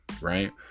Right